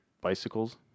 bicycles